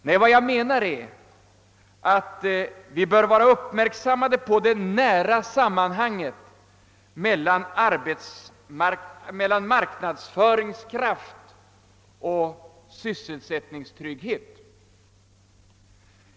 Nej, vad jag menar är att vi bör vara uppmärksamma på det nära sammanhanget mellan marknadsföringskraft och sysselsättningstrygghet.